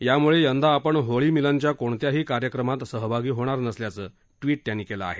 त्यामुळे यंदा आपण होळी मिलनच्या कोणत्याही कार्यक्रमात सहभागी होणार नसल्याचं त्यांनी ट्विट केलं आहे